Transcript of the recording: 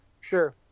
Sure